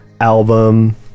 album